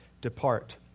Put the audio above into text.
depart